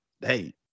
hey